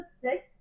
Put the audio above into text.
six